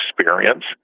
experience